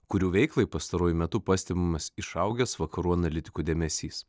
kurių veiklai pastaruoju metu pastebimas išaugęs vakarų analitikų dėmesys